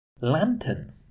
Lantern